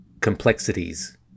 complexities